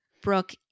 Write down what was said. Brooke